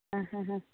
ആ ഹാ ഹാ